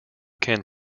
can